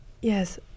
yes